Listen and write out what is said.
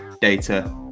data